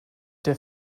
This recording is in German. der